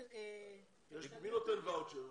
מי נותן ואוצ'רים?